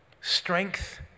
Strength